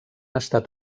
estat